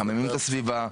מחממים את הסביבה,